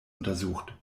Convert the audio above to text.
untersucht